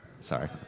Sorry